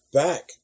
back